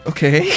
Okay